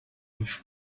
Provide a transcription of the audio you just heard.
move